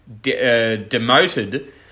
demoted